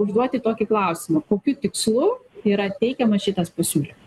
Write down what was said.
užduoti tokį klausimą kokiu tikslu yra teikiamas šitas pasiūlymas